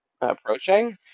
approaching